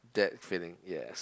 that feeling yes